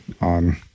on